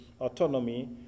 autonomy